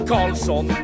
Carlson